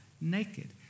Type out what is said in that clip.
naked